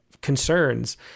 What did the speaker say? concerns